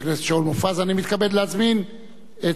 אני מתכבד להזמין את שר הביטחון